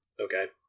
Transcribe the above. Okay